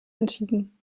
entschieden